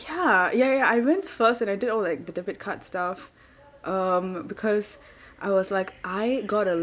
ya ya ya I went first and I did all like the debit card stuff um because I was like I got to